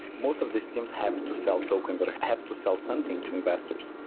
most of these teams have to sell tokens, or have to sell something to investors,